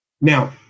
Now